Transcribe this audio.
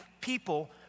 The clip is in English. people